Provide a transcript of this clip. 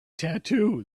tattoo